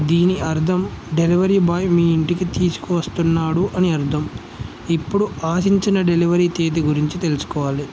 దీని అర్థం delivery boy మీ ఇంటికి తీసుకొస్తున్నాడు అని అర్థం ఇప్పుడు ఆశించిన డెలివరీ తేది గురించి తెలుసుకోవాలి